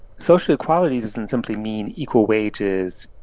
social equality doesn't simply mean equal wages,